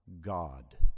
God